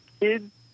Kids